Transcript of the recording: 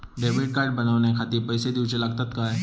Debit card बनवण्याखाती पैसे दिऊचे लागतात काय?